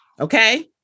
okay